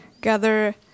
gather